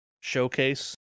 showcase